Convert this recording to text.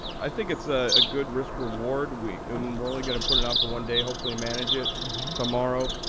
i think it's a good risk-reward. we're um we're only going to put it on for one day, hopefully manage it tomorrow.